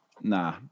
nah